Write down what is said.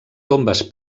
tombes